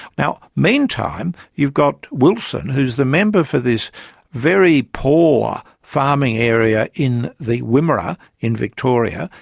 now meantime, you've got wilson, who's the member for this very poor farming area in the wimmera in victoria,